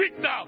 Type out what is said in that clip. now